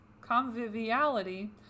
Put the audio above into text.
conviviality